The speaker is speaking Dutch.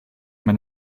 met